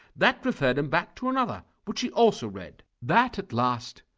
that referred him back to another, which he also read. that at last,